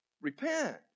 Repent